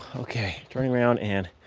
ok, turning around and